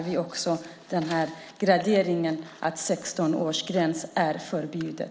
Vi har en gradering med en 16-årsgräns för när äktenskap är förbjudet.